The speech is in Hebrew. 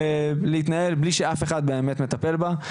להתנהל בלי שאף אחד באמת מטפל בה.